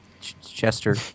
Chester